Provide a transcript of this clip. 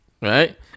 right